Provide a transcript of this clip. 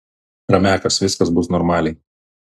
ramiakas viskas bus normaliai